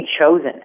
chosen